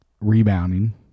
Rebounding